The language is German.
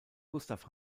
gustav